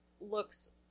looks